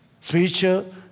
Spiritual